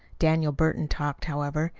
daniel burton talked, however.